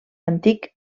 antic